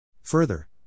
Further